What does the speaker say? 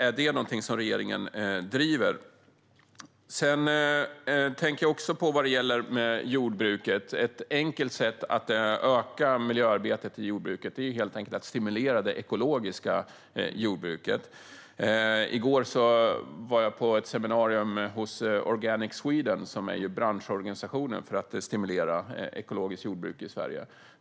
Är detta något regeringen driver? Jag funderade ytterligare på något vad gäller jordbruket. Ett enkelt sätt att öka miljöarbetet i jordbruket är att stimulera det ekologiska jordbruket. I går var jag på ett seminarium hos Organic Sweden, som är branschorganisation för att stimulera ekologiskt jordbruk i Sverige.